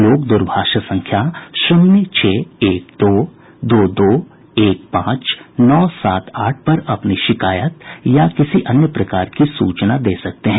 लोग दूरभाष संख्या शून्य छह एक दो दो दो एक पांच नौ सात आठ पर अपनी शिकायत या किसी अन्य प्रकार की सूचना दे सकते हैं